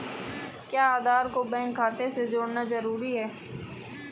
क्या आधार को बैंक खाते से जोड़ना जरूरी है?